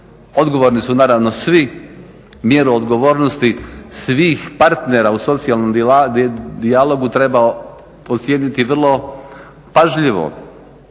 Odgovorni su naravno svi, mjeru odgovornosti svih partnera u socijalnom dijalogu treba ocijeniti vrlo pažljivo,